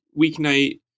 weeknight